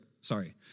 Sorry